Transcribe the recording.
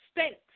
stinks